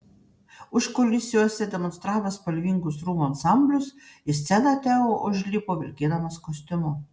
užkulisiuose demonstravęs spalvingus rūbų ansamblius į sceną teo užlipo vilkėdamas kostiumu